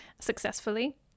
successfully